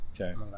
Okay